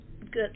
good